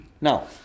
Now